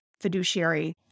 fiduciary